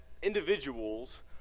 individuals